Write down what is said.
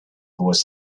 was